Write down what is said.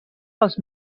pels